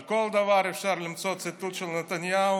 על כל דבר אפשר למצוא ציטוט של נתניהו,